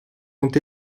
ont